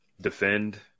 Defend